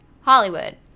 Hollywood